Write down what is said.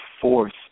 force